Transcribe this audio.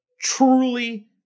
truly